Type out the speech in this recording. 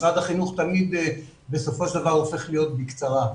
משרד החינוך תמיד בסופו של דבר הופך להיות בקצרה.